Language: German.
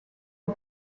den